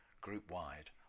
group-wide